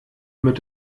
mit